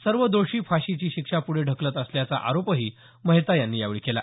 सर्व दोषी फाशीची शिक्षा पुढे ढकलत असल्याचा आरोपही मेहता यांनी केला